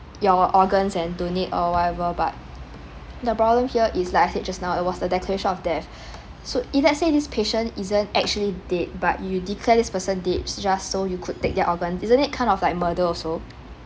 your organs and donate or whatever but the problem here is like I said just now it was the declaration of death so if let's say this patient isn't actually dead but you declare this person dead just so you could take their organ isn't it kind of like murder also